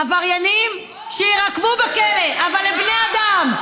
עבריינים, שיירקבו בכלא, אבל הם בני אדם.